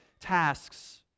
tasks